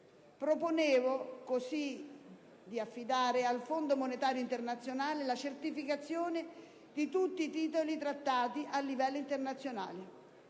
Proponevo così di affidare al Fondo monetario internazionale la certificazione di tutti i titoli trattati a livello internazionale.